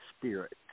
Spirit